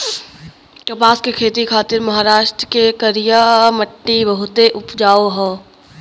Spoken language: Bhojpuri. कपास के खेती खातिर महाराष्ट्र के करिया मट्टी बहुते उपजाऊ होला